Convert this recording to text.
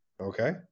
okay